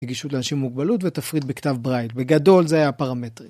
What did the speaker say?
רגישות לאנשים עם מוגבלות ותפריט בכתב ברייל, בגדול זה היה הפרמטרים.